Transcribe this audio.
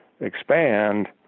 expand